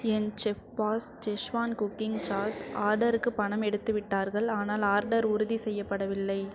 என் chef boss schezwan cooking sauce ஆர்டருக்கு பணம் எடுத்துவிட்டார்கள் ஆனால் ஆர்டர் உறுதி செய்யப்படவில்லை